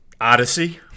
odyssey